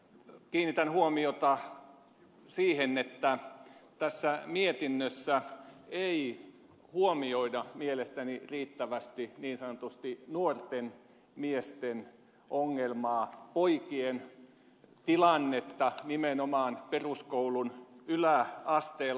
kiinnitän huomiota siihen että tässä mietinnössä ei huomioida mielestäni riittävästi niin sanotusti nuorten miesten ongelmaa poikien tilannetta nimenomaan peruskoulun yläasteella